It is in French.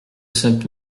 cette